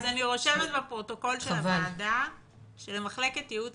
אני רושמת בפרוטוקול של הוועדה שלמחלקת ייעוץ